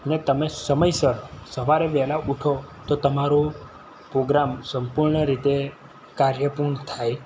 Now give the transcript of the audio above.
ને તમે સમયસર સવારે વહેલા ઉઠો તો તમારું પ્રોગ્રામ સંપૂર્ણ રીતે કાર્ય પૂર્ણ થાય